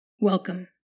Welcome